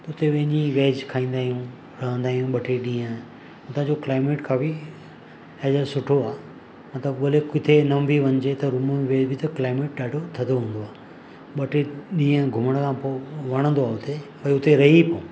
उते वञी वेज खाईंदा आहियूं रहंदा आहियूं ॿ टे ॾींहं हुतां जो क्लाइमेट काफ़ी एज अ सुठो आहे न त भले किथे न बि वञिजे त रूम में विही बि त क्लाइमेट ॾाढो थधो हूंदो आहे ॿ टे ॾींहं घुमण खां पोइ वणंदो आहे उते भई उते रही पओ